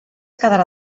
quedarà